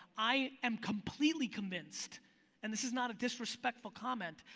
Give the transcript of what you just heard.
i am completely convinced and this is not a disrespectful comment.